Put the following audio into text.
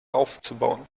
aufzubauen